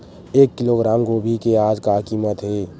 एक किलोग्राम गोभी के आज का कीमत हे?